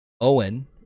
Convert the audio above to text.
Owen